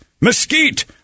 mesquite